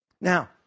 Now